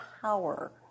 power